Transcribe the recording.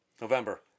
November